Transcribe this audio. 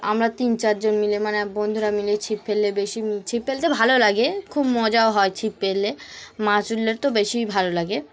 আমরা তিন চারজন মিলে মানে বন্ধুরা মিলে ছিপ ফেললে বেশি ছিপ ফেলতে ভালো লাগে খুব মজাও হয় ছিপ ফেললে মাছ উঠলে তো বেশিই ভালো লাগে